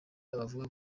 abavuga